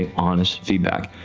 honest feedback,